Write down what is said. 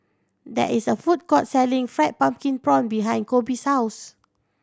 there is a food court selling Fried Pumpkin Prawns behind Koby's house